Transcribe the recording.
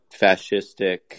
fascistic